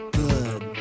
good